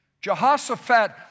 Jehoshaphat